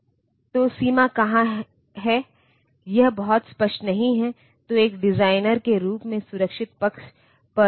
तो यह बताएगा कि क्या प्रोसेसर बाहरी दुनिया से रीड करने की कोशिश कर रहा है या यह बाहरी दुनिया को राइट करने की कोशिश कर रहा है